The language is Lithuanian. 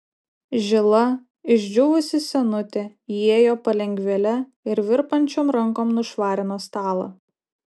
žila išdžiūvusi senutė įėjo palengvėle ir virpančiom rankom nušvarino stalą